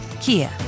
Kia